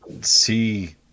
see